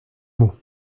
mots